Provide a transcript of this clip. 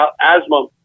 asthma